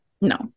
No